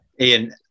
Ian